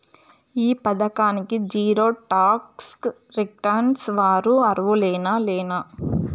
ఈ పథకానికి zero tax returns వారు అర్హులేనా లేనా?